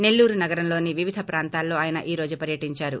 నెల్లూరు నగరంలోని వివిధ ప్రాంతాలలో ఆయన ఈ రోజు పర్యటించారు